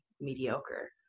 mediocre